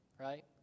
right